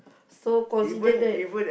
so consider that